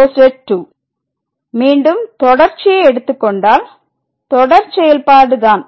x∈12 மீண்டும் தொடர்ச்சி ஐ எடுத்துக் கொண்டால் தொடர் செயல்பாடு தான்